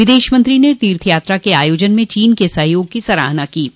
विदेश मंत्री ने तीर्थ यात्रा के आयोजन में चोन के सहयोग की सराहना की है